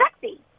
sexy